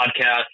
podcast